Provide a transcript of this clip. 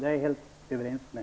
Det är jag helt överens med